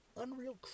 unreal